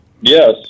Yes